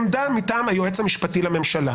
עמדה מטעם היועץ המשפטי לממשלה